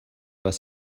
was